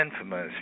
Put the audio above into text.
Infamous